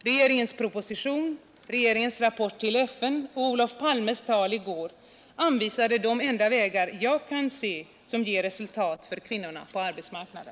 Regeringens proposition, regeringens rapport till FN och Olof Palmes tal i går anvisar de enda vägar jag kan se som ger resultat för kvinnorna på arbetsmarknaden.